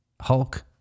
Hulk